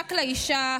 נשק לאישה,